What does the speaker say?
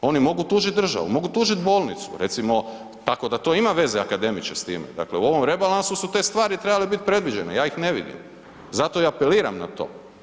Oni mogu tužit državu, mogu tužiti bolnicu, tako da to ima veze akademiče s time, dakle u ovom rebalansu su te stvari trebale biti predviđene, ja ih ne vidim, zato i apeliram na to.